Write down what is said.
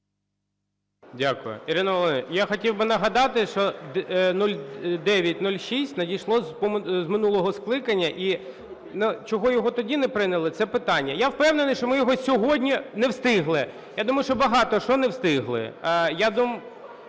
Дякую. Ірина Володимирівна, я хотів би нагадати, що 0906 надійшло з минулого скликання. І чого його тоді не прийняли, це питання. Я впевнений, що ми його сьогодні не встигли, я думаю, що багато що не встигли.